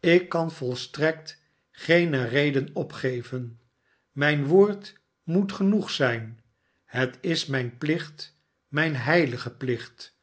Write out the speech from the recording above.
ik kan volstrekt geene reden opgeven mijn woord moet genoeg zijn het is mijn plicht mijn heilige plicht